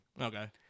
Okay